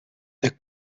the